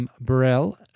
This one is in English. Burrell